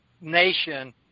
nation